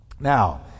Now